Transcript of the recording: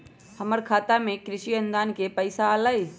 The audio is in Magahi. हमर खाता में कृषि अनुदान के पैसा अलई?